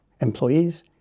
employees